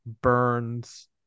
Burns